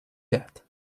that